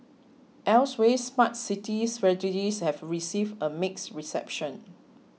elsewhere Smart City strategies have received a mixed reception